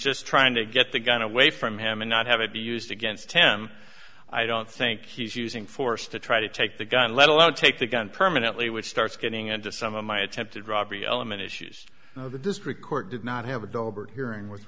just trying to get the gun away from him and not have it be used against him i don't think he's using force to try to take the gun let a lot of take the gun permanently which starts getting into some of my attempted robbery element issues of the district court did not have a deliberate hearing with